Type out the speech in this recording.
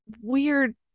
weird